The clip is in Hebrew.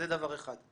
לפני כשלוש